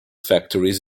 factories